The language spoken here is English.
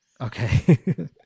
okay